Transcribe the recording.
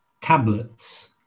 tablets